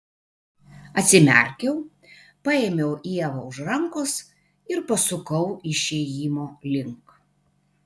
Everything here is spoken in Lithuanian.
atsimerkiau paėmiau ievą už rankos ir pasukau išėjimo link